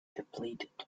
depleted